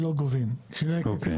שלא גובים תשלום.